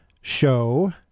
show